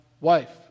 wife